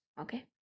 Okay